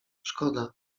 szkoda